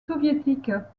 soviétiques